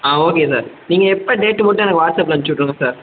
ஆ okay sir நீங்கள் எப்போ date மட்டும் எனக்கு வாட்ஸ்அப்பில் அனுப்பிச்சி விட்ருங்க சார்